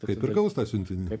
kaip ir gaus tą siuntinį